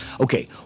Okay